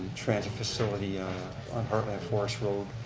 transit facility on heartland forest road